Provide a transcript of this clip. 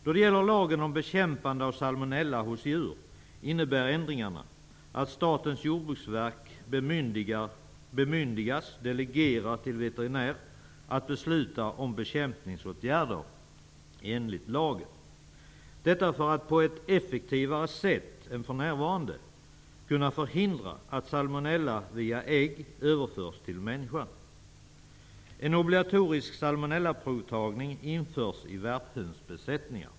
Då det gäller lagen om bekämpande av salmonella hos djur innebär ändringarna att Statens jordbruksverk bemyndigas delegera till veterinär att besluta om bekämpningsåtgärder enligt lagen för att på ett effektivare sätt än för närvarande kunna förhindra att salmonella via ägg överförs till människa. En obligatorisk salmonellaprovtagning införs för värphönsbesättningar.